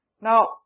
Now